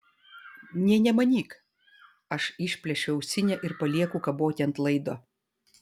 nė nemanyk aš išplėšiu ausinę ir palieku kaboti ant laido